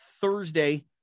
Thursday